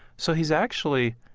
so he's actually,